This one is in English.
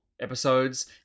episodes